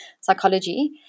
psychology